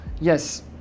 yes